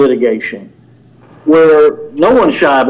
litigation were no one shot